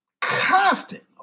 constant